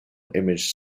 image